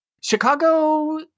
Chicago